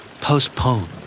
Postpone